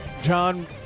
John